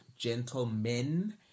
Gentlemen